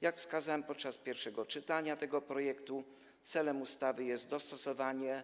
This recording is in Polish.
Jak wskazałem podczas pierwszego czytania tego projektu, celem ustawy jest dostosowanie